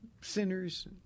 sinners